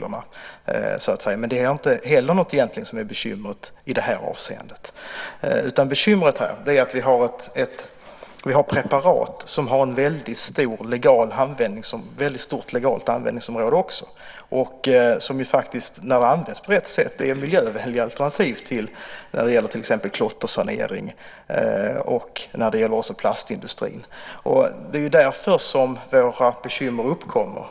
Men det är egentligen inte heller något bekymmer i det här avseendet, utan bekymret är att vi har preparat som har ett väldigt stort legalt användningsområde och som faktiskt, när det används på rätt sätt, är ett miljövänligt alternativ vid till exempel klottersanering och också inom plastindustrin. Det är därför som våra bekymmer uppkommer.